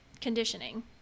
conditioning